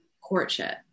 courtship